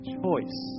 choice